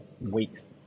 weeks